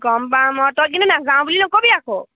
গ'ম পাম আৰু তই কিন্তু নাযাওঁ বুলি নক'বি আকৌ